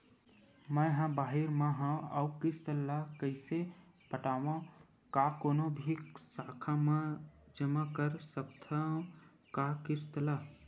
मैं हा बाहिर मा हाव आऊ किस्त ला कइसे पटावव, का कोनो भी शाखा मा जमा कर सकथव का किस्त ला?